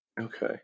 Okay